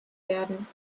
werden